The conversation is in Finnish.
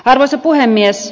arvoisa puhemies